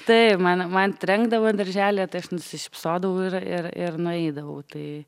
taip man man trenkdavo daržely tai aš nusišypsodavau ir ir ir nueidavau tai